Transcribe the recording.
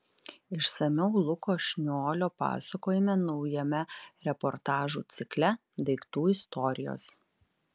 išsamiau luko šniolio pasakojime naujame reportažų cikle daiktų istorijos